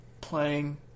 playing